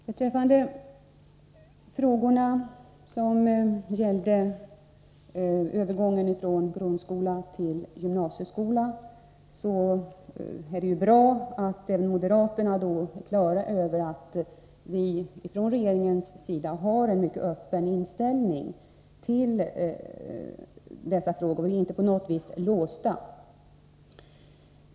Beträffande frågorna om övergången från grundskola till gymnasieskola är det ju bra att moderaterna är klara över att vi från regeringens sida har en mycket öppen inställning till dessa frågor och inte på något sätt är låsta.